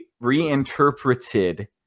reinterpreted